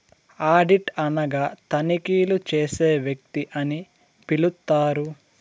audit అనగా తనిఖీలు చేసే వ్యక్తి అని పిలుత్తారు